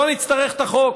לא נצטרך את החוק.